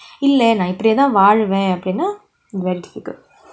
இல்ல நான் இப்படியே தான் வாழுவேனா அப்டினா:illa naan ipadiyae thaan valuvaenaa apdinaa very difficult